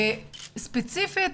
וספציפית